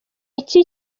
iki